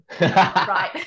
Right